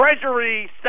Treasury